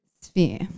sphere